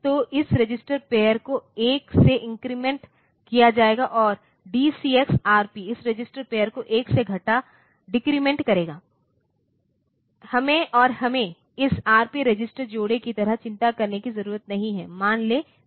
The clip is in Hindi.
तो इस रजिस्टर पेयर को 1 से इन्क्रीमेंट किया जाएगा और DCX Rp इस रजिस्टर पेयर को 1 से डिक्रीमेन्ट करेगा और हमें इस Rp रजिस्टर जोड़े की तरह चिंता करने की जरूरत नहीं है मान ले BC